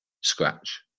scratch